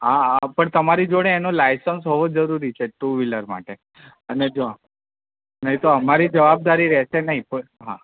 હા હા પણ તમારી જોડે એનો લાઇસન્સ હોવો જરૂરી છે ટુ વ્હીલર માટે અને જો નહીં તો અમારી જવાબદારી રહેશે નહીં કોઈ હા